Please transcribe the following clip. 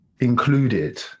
included